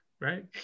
Right